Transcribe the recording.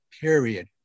period